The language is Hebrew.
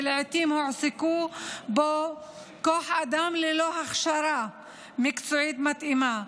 ולעיתים הועסק בו כוח אדם ללא הכשרה מקצועית מתאימה.